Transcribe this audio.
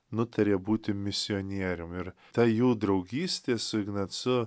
nutarė būti misionierium ir ta jų draugystė su ignacu